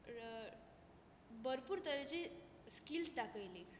भरपूर तरेची स्किल्स दाखयली